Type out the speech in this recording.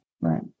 right